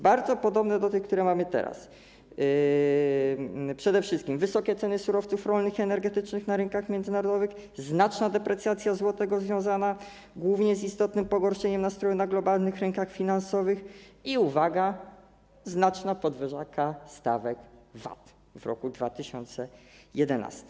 Bardzo podobne do tych, które występują teraz: przede wszystkim wysokie ceny surowców rolnych i energetycznych na rynkach międzynarodowych, znaczna deprecjacja złotego związana głównie z istotnym pogorszeniem nastrojów na globalnych rynkach finansowych i - uwaga - znaczna podwyżka stawek VAT w roku 2011.